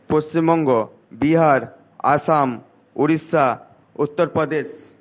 Paschimbanga Bihar Assam Orissa Uttar Pradesh